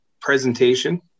presentation